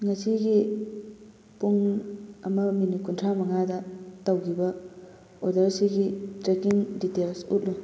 ꯉꯁꯤꯒꯤ ꯄꯨꯡ ꯑꯃꯒ ꯃꯤꯅꯤꯠ ꯀꯨꯟꯊ꯭꯭ꯔꯥ ꯃꯉꯥꯗ ꯇꯧꯈꯤꯕ ꯑꯣꯗꯔ ꯁꯤꯒꯤ ꯇ꯭ꯔꯦꯀꯤꯡ ꯗꯤꯇꯦꯜꯁ ꯎꯠꯂꯨ